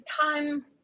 time